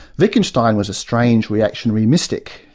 wittgenstein was a strange reactionary mystic,